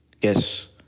Guess